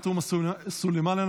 חברת הכנסת עאידה תומא סלימאן,